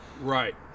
right